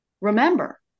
remember